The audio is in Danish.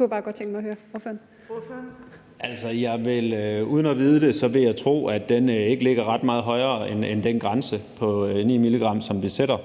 Aagaard Melson (V): Jeg vil uden at vide det tro, at den ikke ligger ret meget højere end den grænse på 9 mg, som vi sætter.